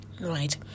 right